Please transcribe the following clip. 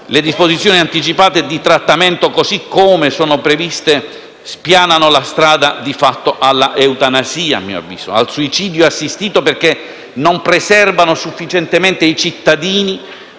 Le disposizioni anticipate di trattamento, così come previste, spianano la strada di fatto all'eutanasia, a mio avviso, al suicidio assistito, perché non preservano sufficientemente i cittadini